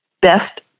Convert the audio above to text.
Best